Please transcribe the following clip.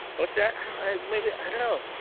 what's that maybe i don't know